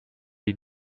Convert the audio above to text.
die